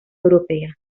europea